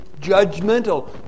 judgmental